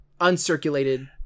uncirculated